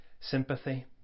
sympathy